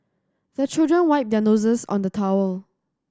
the children wipe their noses on the towel